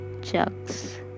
jugs